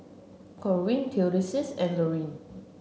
Corene Theodis and Lurline